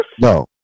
No